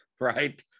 right